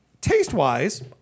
Taste-wise